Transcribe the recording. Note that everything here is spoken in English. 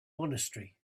monastery